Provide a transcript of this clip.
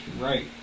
Right